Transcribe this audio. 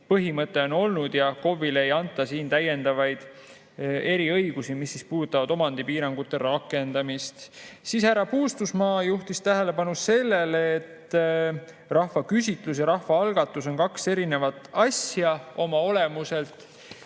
põhimõte on olnud, ja KOV‑ile ei anta siin täiendavaid eriõigusi, mis puudutavad omandipiirangute rakendamist. Härra Puustusmaa juhtis tähelepanu sellele, et rahvaküsitlus ja rahvaalgatus on kaks erinevat asja oma olemuselt.